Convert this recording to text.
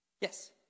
Yes